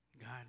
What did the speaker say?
God